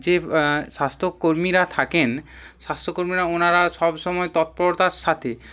যে স্বাস্থ্য কর্মীরা থাকেন স্বাস্থ্য কর্মীরা ওনারা সবসময় তৎপরতার সাথে